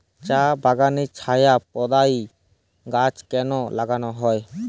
চা বাগানে ছায়া প্রদায়ী গাছ কেন লাগানো হয়?